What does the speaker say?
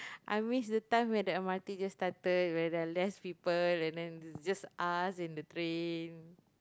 I miss the time when the M_R_T just started where there are less people and then it's just us in the train